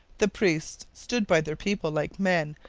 the priests stood by their people like men,